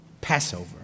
Passover